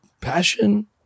passion